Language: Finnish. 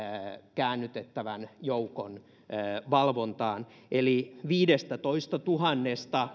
käännytettävän joukon valvontaan eli viidestätoistatuhannesta